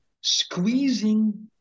squeezing